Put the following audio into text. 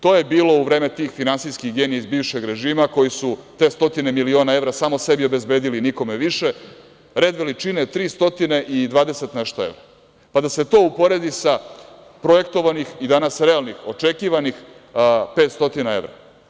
To je bilo u vreme tih finansijskih genija iz bivšeg režima koji su te stotine miliona evra samo sebi obezbedili, nikome više, red veličine 300 i 20 i nešto evra, pa da se to uporedi sa projektovanih i danas realnih očekivanih 500 evra.